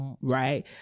right